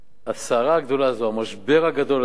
הסערה הגדולה הזו, המשבר הגדול הזה